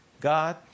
God